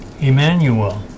Emmanuel